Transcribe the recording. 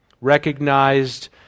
recognized